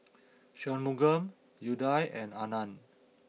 Shunmugam Udai and Anand